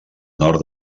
nord